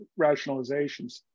rationalizations